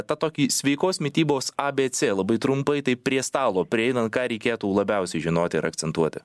tą tokį sveikos mitybos abc labai trumpai tai prie stalo prieinat ką reikėtų labiausiai žinoti ir akcentuoti